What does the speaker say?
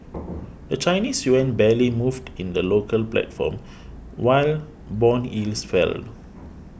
the Chinese yuan barely moved in the local platform while bond yields fell